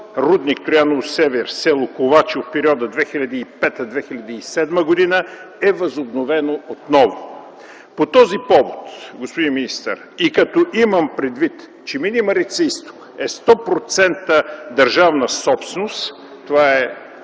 рудник „Трояново-север”, с. Ковачево в периода 2005-2007 г., е възобновено отново. По този повод, господин министър, и като имам предвид, че „Мини Марица изток” е 100% държавна собственост, това е